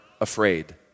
afraid